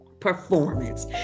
performance